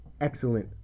excellent